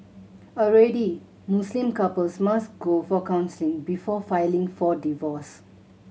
already Muslim couples must go for counselling before filing for divorce